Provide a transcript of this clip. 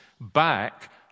back